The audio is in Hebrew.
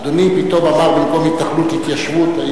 אדוני פתאום אמר במקום התנחלות, התיישבות.